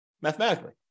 mathematically